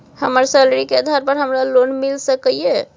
हमर सैलरी के आधार पर हमरा लोन मिल सके ये?